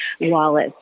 Wallace